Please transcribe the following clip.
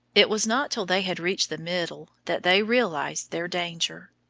it was not till they had reached the middle that they realised their danger.